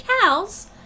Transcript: cows